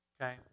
okay